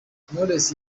knowless